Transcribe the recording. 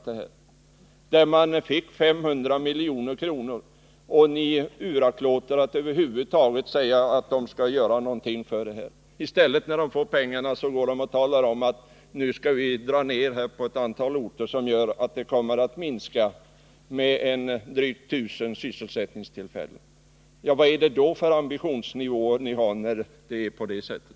De fick 500 milj.kr., och ändå uraktlåter ni att kräva att de över huvud taget skall göra någonting för pengarna. Sedan de väl fått pengarna säger de i stället att de skall dra ned på antalet sysselsättningstillfällen på ett antal orter, vilket medför att drygt 1 000 sysselsättningstillfällen måste bort. Hur är det med er ambitionsnivå när det får vara på det sättet?